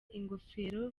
ingofero